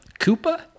Koopa